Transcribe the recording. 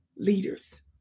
leaders